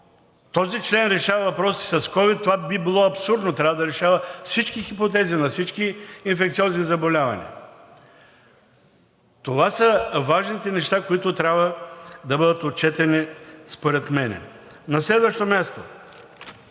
този член решава въпроса с COVID, това би било абсурдно – трябва да решава всички хипотези на всички инфекциозни заболявания. Това са важните неща, които трябва да бъдат отчетени според мен. На следващо място,